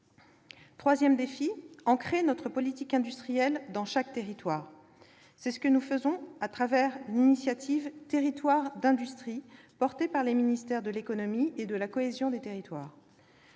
consiste à ancrer notre politique industrielle dans chaque territoire. C'est ce que nous faisons au travers de l'initiative « Territoires d'industrie », portée par les ministères de l'économie et de la cohésion des territoires.